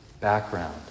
background